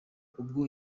ubwo